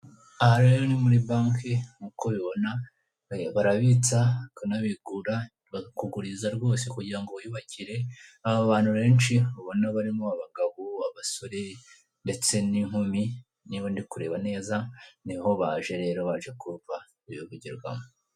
Aha rero ni muri banki nk'uko ubibona barabitsa bakana bikura bakakuguriza rwose kugira ngo wiyubakire, aba bantu benshi ubona barimo abagabo, abasore ndetse n'inkumi niba ndikureba neza niho baje rero baje kumva ibivugirwamo.